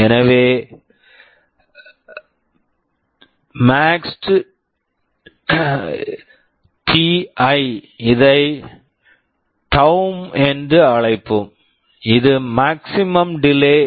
எனவே மேக்ஸ்ட் ti maxtti இதை டவ்ம் taum என்று அழைப்போம் இது மாக்ஸிமம் டிலே maximum delay